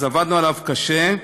אז עבדנו עליו קשה,